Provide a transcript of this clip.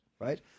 right